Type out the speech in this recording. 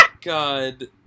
God